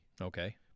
Okay